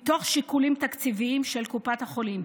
מתוך שיקולים תקציביים של קופת החולים,